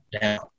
down